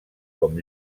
com